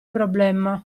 problema